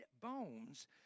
bones